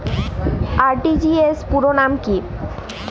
RTGS পুরো নাম কি?